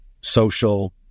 social